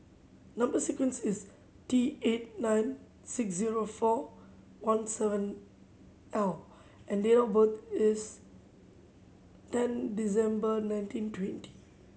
number sequence is T eight nine six zero four one seven L and date of birth is ten December nineteen twenty